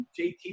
JT